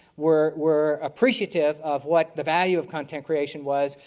were were appreciative of what the value of content creation was.